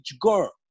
girl